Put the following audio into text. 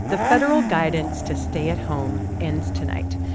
the federal guidance to stay at home ends tonight.